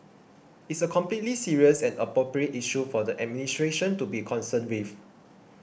it's a completely serious and appropriate issue for the administration to be concerned with